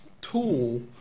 tool